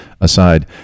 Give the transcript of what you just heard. aside